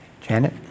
Janet